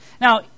Now